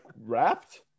wrapped